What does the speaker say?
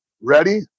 ready